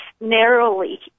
narrowly